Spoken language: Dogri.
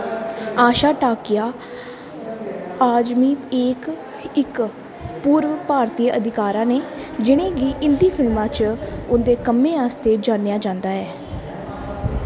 आयशा टाकिया आजमी इक पूर्व भारती अदाकारा न जि'नें गी हिंदी फिल्में च उं'दे कम्मै आस्तै जानेआ जंदा ऐ